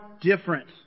different